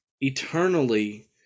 eternally